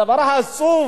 הדבר העצוב,